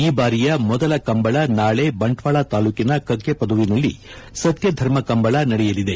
ಈ ಬಾರಿಯ ಮೊದಲ ಕಂಬಳ ನಾಳೆ ಬಂಟ್ವಾಳ ತಾಲೂಕಿನ ಕಕ್ಕಪದವು ನಲ್ಲಿ ಸತ್ಯ ಧರ್ಮ ಕಂಬಳ ನಡೆಯಲಿದೆ